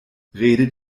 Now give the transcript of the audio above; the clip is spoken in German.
redet